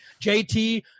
JT